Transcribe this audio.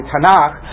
Tanakh